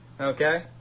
Okay